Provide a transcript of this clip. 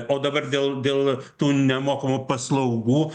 o dabar dėl dėl tų nemokamų paslaugų